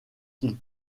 qu’il